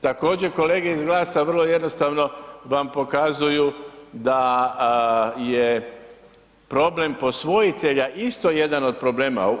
Također kolege iz GLAS-a vrlo jednostavno vam pokazuju da je problem posvojitelja isto jedan od problema.